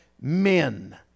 men